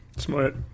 Smart